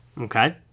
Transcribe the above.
Okay